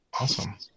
Awesome